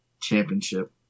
championship